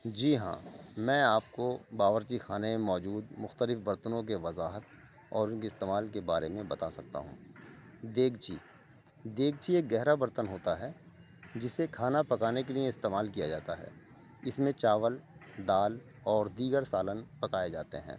جی ہاں میں آپ کو باورچی خانے میں موجود مختلف برتنوں کے وضاحت اور ان کے استعمال کے بارے میں بتا سکتا ہوں دیگچی دیگچی ایک گہرا برتن ہوتا ہے جسے کھانا پکانے کے لیے استعمال کیا جاتا ہے اس میں چاول دال اور دیگر سالن پکائے جاتے ہیں